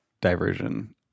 diversion